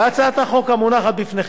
בהצעת החוק המונחת לפניכם,